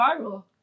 viral